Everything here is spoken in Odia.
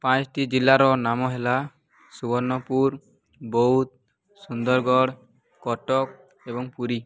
ପାଞ୍ଚୋଟି ଜିଲ୍ଲାର ନାମ ହେଲା ସୁବର୍ଣ୍ଣପୁର ବୌଦ୍ଧ ସୁନ୍ଦରଗଡ଼ କଟକ ଏବଂ ପୁରୀ